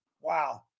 Wow